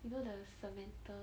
you know the samantha